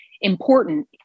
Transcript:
important